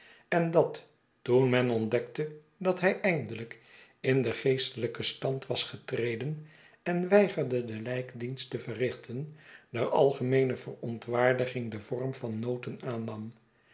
en dat toen men ontdekte dat hij eindelijk in den geestelijken stand was getreden en weigerde den lijkdienst te verrichten de algemeene verontwaardiging den vorm van noten aannam